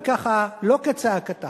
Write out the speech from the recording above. וככה: לא כצעקתה.